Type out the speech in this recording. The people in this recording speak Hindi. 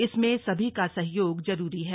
इसमें सभी का सहयोग जरूरी है